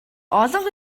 олонх